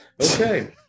okay